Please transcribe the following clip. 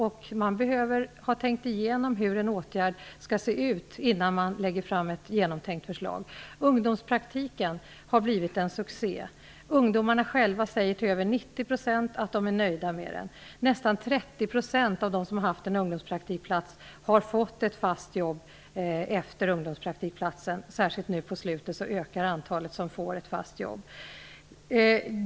Man behöver ha tänkt igenom hur en åtgärd skall se ut innan man lägger fram ett genomtänkt förslag. Ungdomspraktiken har blivit en succé. Över 90 % av ungdomarna själva säger att de är nöjda med den. Nästan 30 % av dem som haft en ungdomspraktikplats har fått ett fast jobb efter ungdomspraktiken. Särskilt nu på slutet ökar antalet som får ett fast jobb.